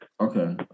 Okay